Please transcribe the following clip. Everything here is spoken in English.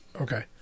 Okay